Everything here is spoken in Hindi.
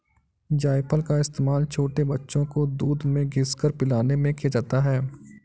जायफल का इस्तेमाल छोटे बच्चों को दूध में घिस कर पिलाने में किया जाता है